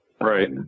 Right